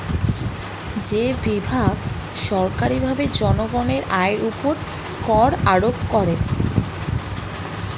যে বিভাগ সরকারীভাবে জনগণের আয়ের উপর কর আরোপ করে